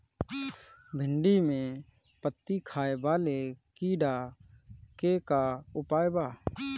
भिन्डी में पत्ति खाये वाले किड़ा के का उपाय बा?